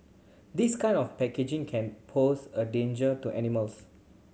this kind of packaging can pose a danger to animals